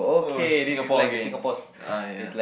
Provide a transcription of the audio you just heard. oh Singapore again !aiya!